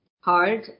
hard